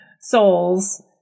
souls